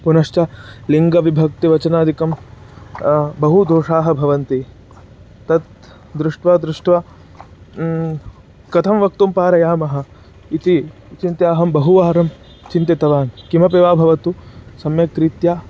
पुनश्च लिङ्गविभक्तिवचनादिकं बहु दोषाः भवन्ति तत् दृष्ट्वा दृष्ट्वा कथं वक्तुं पारयामः इति चिन्त्य अहं बहुवारं चिन्तितवान् किमपि वा भवतु सम्यक् रीत्या